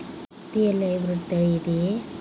ಹತ್ತಿಯಲ್ಲಿ ಹೈಬ್ರಿಡ್ ತಳಿ ಇದೆಯೇ?